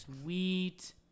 Sweet